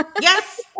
yes